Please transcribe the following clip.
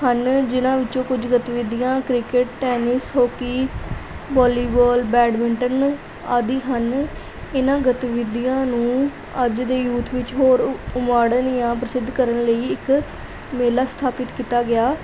ਹਨ ਜਿਹਨਾਂ ਵਿੱਚੋਂ ਕੁਝ ਗਤੀਵਿਧੀਆਂ cricket tennis hockey volleyball badminton ਆਦਿ ਹਨ ਇਹਨਾਂ ਗਤਵਿਧੀਆਂ ਨੂੰ ਅੱਜ ਦੇ ਯੂਥ ਵਿੱਚ ਹੋਰ ਮਾਡਰਨ ਜਾਂ ਪ੍ਰਸਿੱਧ ਕਰਨ ਲਈ ਇੱਕ ਮੇਲਾ ਸਥਾਪਿਤ ਕੀਤਾ ਗਿਆ